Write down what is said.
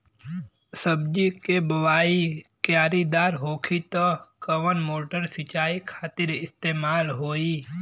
सब्जी के बोवाई क्यारी दार होखि त कवन मोटर सिंचाई खातिर इस्तेमाल होई?